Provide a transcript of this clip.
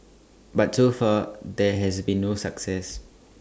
but so far there has been no success